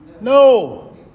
No